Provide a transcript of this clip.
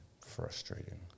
frustrating